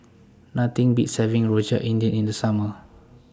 Nothing Beats having Rojak India in The Summer